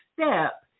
step